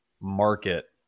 market